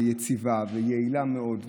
יציבה ויעילה מאוד,